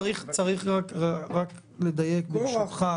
צריך רק לדייק ברשותך,